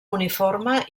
uniforme